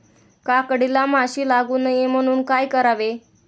काकडीला माशी लागू नये म्हणून काय करावे?